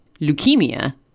Leukemia